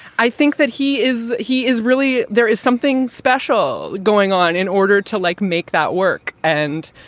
i think that he is he is really there is something special going on in order to, like, make that work. and.